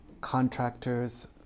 contractors